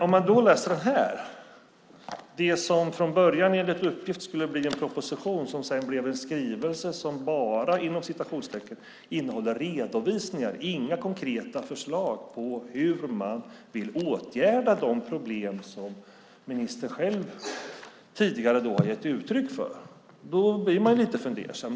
Om man läser det som enligt uppgift från början skulle bli en proposition, som sedan blev en skrivelse som "bara" innehåller redovisningar, inga konkreta förslag, på hur man vill åtgärda de problem som ministern själv tidigare har gett uttryck för, blir man lite fundersam.